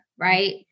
Right